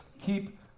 keep